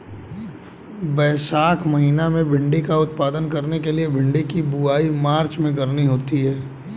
वैशाख महीना में भिण्डी का उत्पादन करने के लिए भिंडी की बुवाई मार्च में करनी होती है